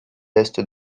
est